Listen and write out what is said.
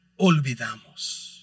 olvidamos